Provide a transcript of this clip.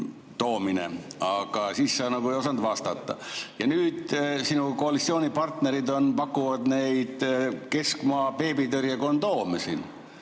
tootmine, aga siis sa ei osanud vastata. Nüüd sinu koalitsioonipartnerid pakuvad neid keskmaa-beebitõrje kondoome